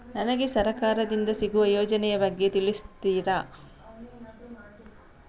ನನಗೆ ಸರ್ಕಾರ ದಿಂದ ಸಿಗುವ ಯೋಜನೆ ಯ ಬಗ್ಗೆ ತಿಳಿಸುತ್ತೀರಾ?